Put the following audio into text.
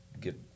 get